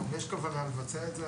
ישנה כוונה לבצע את זה.